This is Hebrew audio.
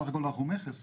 בסך הכל אנחנו מכס,